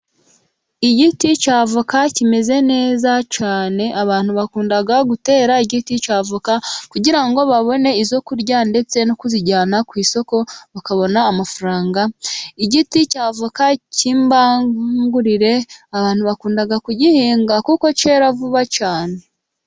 Igiti cya avoka kimeze neza cyane. Abantu bakunda gutera igiti cya avoka kugira ngo babone izo kurya, ndetse no kuzijyana ku isoko bakabona amafaranga. Igiti cya avoka cy'imbangurire abantu bakunda kugihinga kuko cyera vuba cyane.